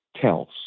tells